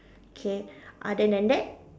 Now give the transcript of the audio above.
K other than that